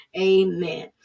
amen